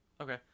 Okay